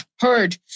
heard